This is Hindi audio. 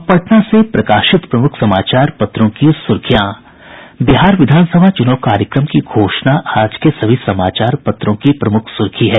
अब पटना से प्रकाशित प्रमुख समाचार पत्रों की सुर्खियां बिहार विधानसभा चुनाव कार्यक्रम की घोषणा आज के सभी समाचार पत्रों की प्रमुख सुर्खी है